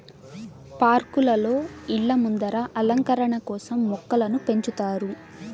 పార్కులలో, ఇళ్ళ ముందర అలంకరణ కోసం మొక్కలను పెంచుతారు